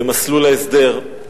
מסלול ההסדר.